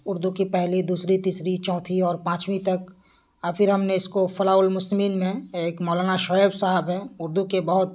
اردو کی پہلی دوسری تیسری چوتھی اور پانچویں تک اور پھر ہم نے اس کو فلاح المسلمین میں ہم ایک مولانا شعیب صاحب ہیں اردو کے بہت